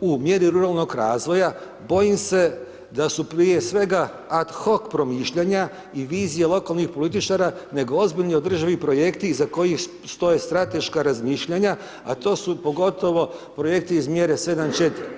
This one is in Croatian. u mjeri ruralnog razvoja, bojim se da su prije svega ad hok promišljanja i vizije lokalnih političara, nego ozbiljni održivi projekti iza kojih stoje strateška razmišljanja, a to su pogotovo projekti iz mjere 74.